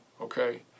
okay